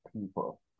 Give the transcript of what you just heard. people